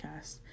podcast